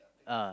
uh